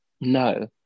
No